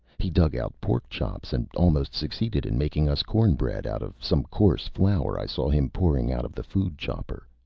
he dug out pork chops and almost succeeded in making us cornbread out of some coarse flour i saw him pouring out of the food chopper.